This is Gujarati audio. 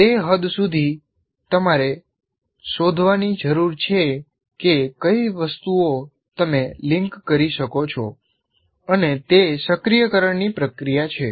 તે હદ સુધી તમારે શોધવાની જરૂર છે કે કઈ વસ્તુઓ તમે લિંક કરી શકો છો અને તે સક્રિયકરણની પ્રક્રિયા છે